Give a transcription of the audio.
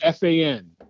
FAN